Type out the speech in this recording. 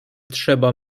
trzeba